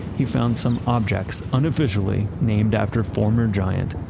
he found some objects, unofficially named after former giant,